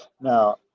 Now